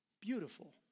Beautiful